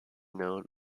known